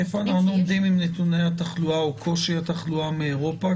איפה אנחנו עומדים עם נתוני התחלואה או קושי התחלואה מאירופה?